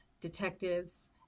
detectives